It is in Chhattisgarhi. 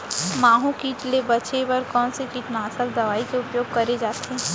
माहो किट ले बचे बर कोन से कीटनाशक दवई के उपयोग करे जाथे?